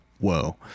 whoa